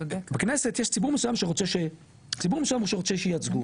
בכנסת יש ציבור מסוים שרוצה שייצגו אותו,